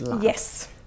yes